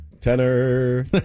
Tenor